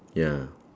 ya